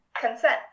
consent